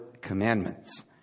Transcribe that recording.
commandments